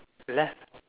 left